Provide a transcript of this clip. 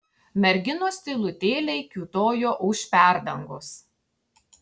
merginos tylutėliai kiūtojo už perdangos